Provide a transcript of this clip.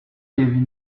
kevin